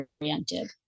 oriented